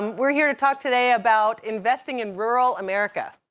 we're here to talk today about investing in rural america.